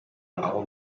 aho